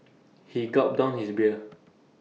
he gulped down his beer